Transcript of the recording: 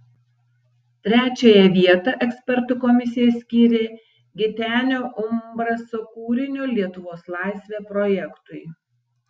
trečiąją vietą ekspertų komisija skyrė gitenio umbraso kūrinio lietuvos laisvė projektui